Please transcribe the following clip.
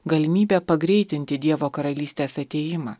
galimybė pagreitinti dievo karalystės atėjimą